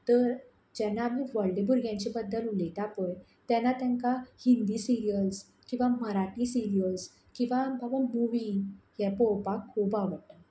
तर जेन्ना आमी व्हडले भुरग्यांचे बद्दल उलयता पळय तेन्ना तांकां हिंदी सिरयल्स किंवां मराठी सिरयल्स किंवां बाबा मुवी हें पळोवपाक खूब आवडटा